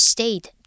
State